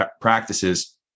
practices